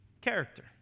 Character